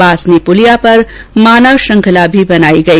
बासनी पुलिया पर मानव श्रृंखला भी बनाई गई